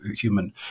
human